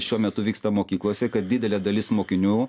šiuo metu vyksta mokyklose kad didelė dalis mokinių